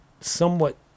somewhat